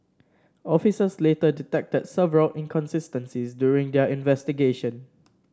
officers later detected several inconsistencies during their investigation